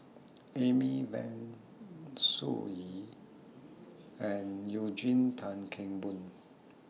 Amy Van Sun Yee and Eugene Tan Kheng Boon